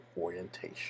orientation